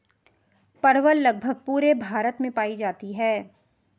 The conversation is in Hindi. परवल लगभग पूरे भारत में पाई जाती है